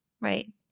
right